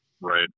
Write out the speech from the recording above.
right